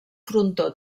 frontó